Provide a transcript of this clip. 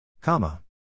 Comma